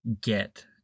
get